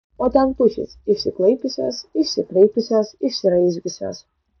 o ten pušys išsiklaipiusios išsikraipiusios išsiraizgiusios